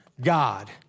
God